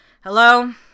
Hello